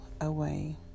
away